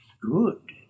Good